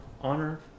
honor